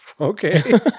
okay